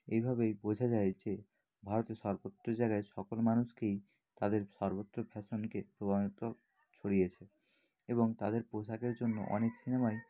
এইভাবেই বোঝা যায় যে ভারতের সর্বত্র জায়গায় সকল মানুষকেই তাদের সর্বত্র ফ্যাশনকে প্রধানত ছড়িয়েছে এবং তাদের পোশাকের জন্য অনেক সিনেমাই